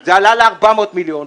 זה עלה ל-400 מיליון,